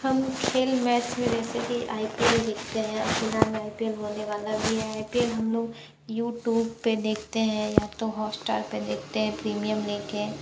हम खेल मैच मैं जैसे की आई पी एल देखतें हैं अपने यहाँ आई पी एल होने वाला भी है आई पी एल हम लोग यूट्यूब पर देखते है या तो हॉटस्टार पर देखते हैं प्रीमियम लेकर